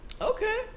okay